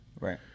right